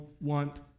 want